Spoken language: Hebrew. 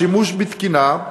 השימוש בתקינה,